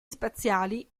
spaziali